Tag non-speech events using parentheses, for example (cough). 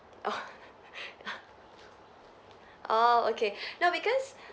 oh (laughs) oh okay no because